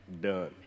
done